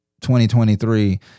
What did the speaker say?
2023